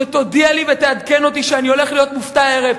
שתודיע לי ותעדכן אותי שאני הולך להיות מופתע הערב.